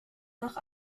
nach